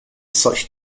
such